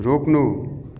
रोक्नु